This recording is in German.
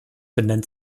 benennt